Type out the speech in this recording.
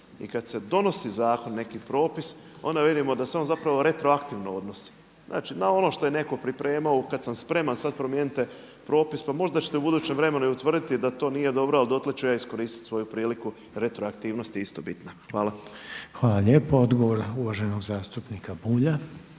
i kad se donosi zakon, neki propis onda vidimo da se on zapravo retroaktivno donosi. Znači na ono što je neko pripremao kada sam spreman sada promijenite propis pa možda ćete i u budućem vremenu utvrditi da to nije dobro, ali dotle ću ja iskoristiti svoju priliku, retroaktivnost je isto bitna. Hvala. **Reiner, Željko (HDZ)** Hvala lijepo. Odgovor uvaženog zastupnika Bulja.